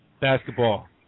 basketball